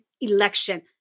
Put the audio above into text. election